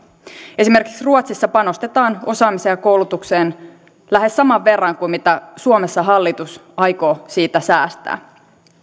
esimerkiksi ruotsissa panostetaan osaamiseen ja koulutukseen lähes saman verran kuin mitä suomessa hallitus aikoo siitä säästää